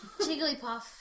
Jigglypuff